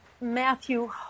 Matthew